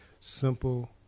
simple